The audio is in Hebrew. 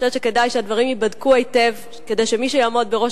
אני חושבת שכדאי שהדברים ייבדקו היטב כדי שמי שיעמוד בראש